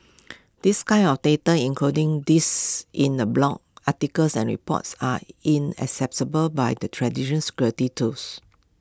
this kind of data including these in A blogs articles and reports are inaccessible by the traditional security tools